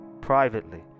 privately